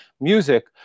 music